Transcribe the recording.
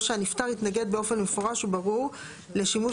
או שנפטר התנגד באופן מפורש וברור לשימוש